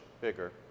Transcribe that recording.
bigger